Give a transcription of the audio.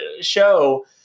show